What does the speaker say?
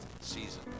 season